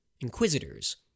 inquisitors